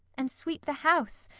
and sweep the house,